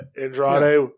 Andrade